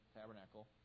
tabernacle